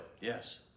Yes